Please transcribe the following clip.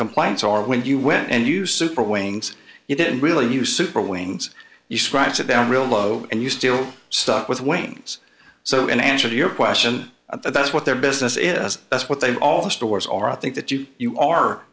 complaints are when you went and you super wings you didn't really use super wings you scribes it down real low and you still stuck with wings so in answer to your question that's what their business is that's what they all the stores are i think that you you are